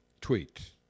tweet